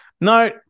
no